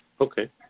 Okay